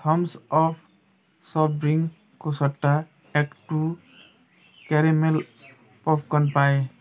Thums Up soft ड्रिङ्कको सट्टा Act II caramel puff corn पाएँ